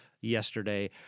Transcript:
yesterday